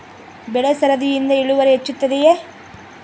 ಬೆಳೆ ಸರದಿಯಿಂದ ಇಳುವರಿ ಹೆಚ್ಚುತ್ತದೆಯೇ?